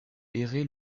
errer